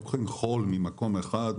לוקחים חול ממקום אחד,